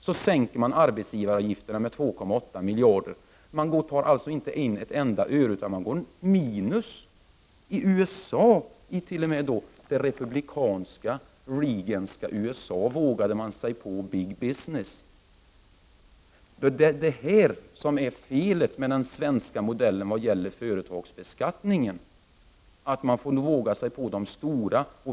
Så sänker man arbetsgivaravgifterna med 2,8 miljarder. Man tar alltså inte in ett enda öre, utan får minus. I USA, t.o.m. i det republikanska Reaganska USA, vågade man sig på big business. Det är detta som är felet med den svenska modellen vad gäller företagsbeskattningen, att man inte vågar sig på de stora.